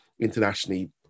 internationally